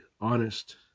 honest